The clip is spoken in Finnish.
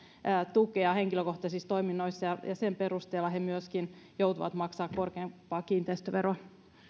tukea henkilökohtaisissa toiminnoissa ja ja sen perusteella he myöskin joutuvat maksamaan korkeampaa kiinteistöveroa